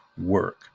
work